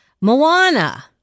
moana